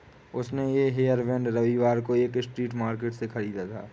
उसने ये हेयरबैंड रविवार को एक स्ट्रीट मार्केट से खरीदा था